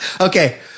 Okay